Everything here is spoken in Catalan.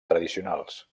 tradicionals